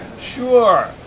Sure